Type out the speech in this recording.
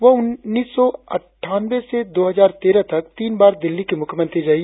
वह उन्नीस सौ अटठानंवे से दो हजार तेरह तक तीन बार दिल्ली की मुख्यमंत्री रही